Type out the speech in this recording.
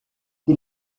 die